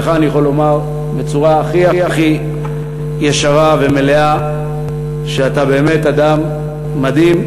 אצלך אני יכול לומר בצורה הכי הכי ישרה ומלאה שאתה באמת אדם מדהים,